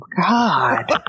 God